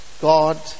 God